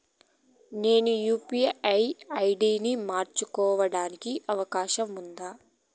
నేను UPI ID పి మార్చుకోవడానికి అవకాశం ఉందా?